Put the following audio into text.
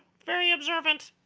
very observant.